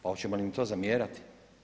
Pa hoćemo li im to zamjerati?